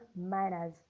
manners